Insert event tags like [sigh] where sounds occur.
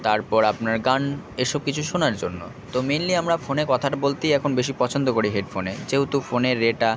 তারপর আপনার গান এসব কিছু শোনার জন্য তো মেনলি আমরা ফোনে কথা [unintelligible] বলতেই আমরা বেশি পছন্দ করি হেডফোনে যেহেতু ফোনের রে টা